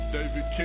David